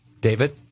David